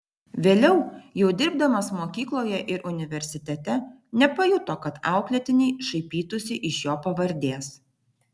vėliau jau dirbdamas mokykloje ir universitete nepajuto kad auklėtiniai šaipytųsi iš jo pavardės